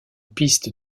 piste